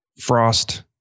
Frost